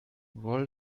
roll